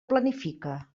planifica